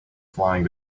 flying